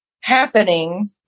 happening